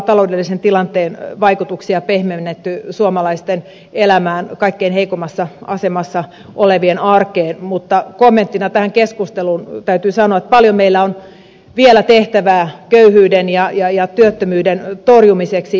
taloudellisen tilanteen vaikutuksia on pehmennetty suomalaisten elämään kaikkein heikoimmassa asemassa olevien arkeen mutta kommenttina tähän keskusteluun täytyy sanoa että paljon meillä on vielä tehtävää köyhyyden ja työttömyyden torjumiseksi